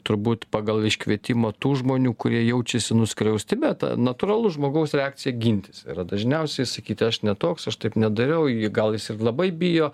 turbūt pagal iškvietimą tų žmonių kurie jaučiasi nuskriausti bet natūralu žmogaus reakcija gintis yra dažniausiai sakyti aš ne toks aš taip nedariau ji gal jis ir labai bijo